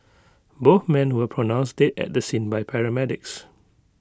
both men were pronounced dead at the scene by paramedics